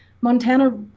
Montana